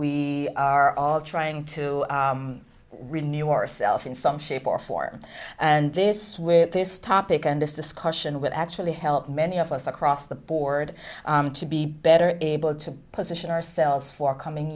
we are all trying to renew yourself in some shape or form and this with this topic and this discussion would actually help many of us across the board to be better able to position ourselves for coming